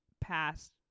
past